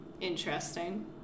interesting